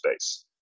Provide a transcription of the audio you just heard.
space